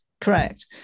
Correct